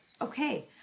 okay